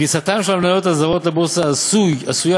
כניסתן של המניות הזרות לבורסה עשויה